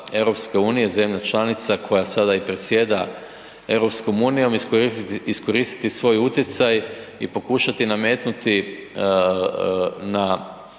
kao članica EU, zemlja članica koja sada i predsjeda EU, iskoristiti svoj utjecaj i pokušati nametnuti na,